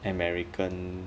american